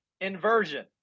Inversion